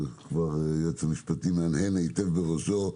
והיועץ המשפטי להנהן היטב בראשו.